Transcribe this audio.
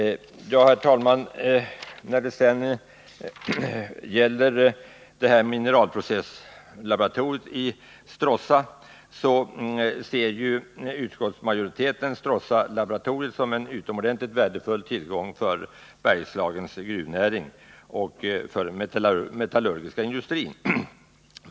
Herr talman! Vad gäller mineralprocesslaboratoriet i Stråssa vill jag framhålla att utskottsmajoriteten ser detta laboratorium som en utomordent ligt värdefull tillgång för Bergslagens gruvnäring och för den metallurgiska industrin.